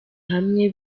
hamwe